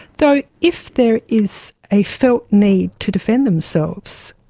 though if there is a felt need to defend themselves,